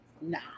nah